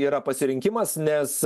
yra pasirinkimas nes